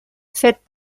fet